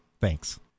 Thanks